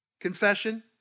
Confession